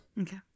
okay